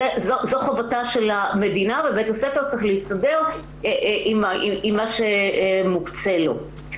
זו חובתה של המדינה ובית הספר צריך להסתדר עם מה שמוקצה לו.